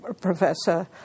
Professor